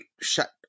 shut